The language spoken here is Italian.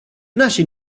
nasce